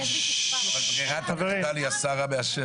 אבל ברירת המחדל היא השר המאשר.